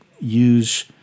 use